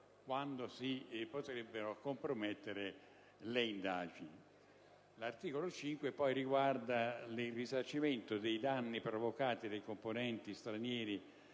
quando si potrebbero compromettere le indagini. L'articolo 5 riguarda il risarcimento dei danni provocati dai componenti stranieri